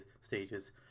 stages